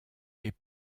est